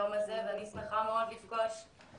gov.il וישנו מעבר שצריך להיות מושלם,